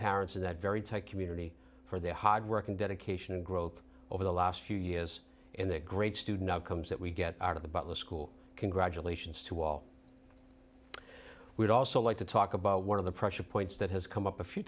parents in that very tight community for their hard work and dedication and growth over the last few years and the great student outcomes that we get out of the butler school congratulations to all we'd also like to talk about one of the pressure points that has come up a few